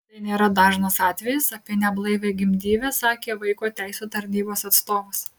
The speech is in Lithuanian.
tai nėra dažnas atvejis apie neblaivią gimdyvę sakė vaiko teisių tarnybos atstovas